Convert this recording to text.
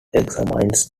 examines